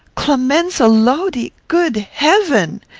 clemenza lodi! good heaven!